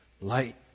Light